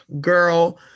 girl